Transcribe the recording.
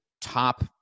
top